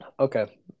Okay